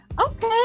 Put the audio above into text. Okay